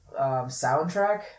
soundtrack